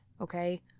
okay